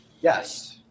Yes